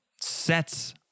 sets